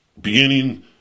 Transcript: beginning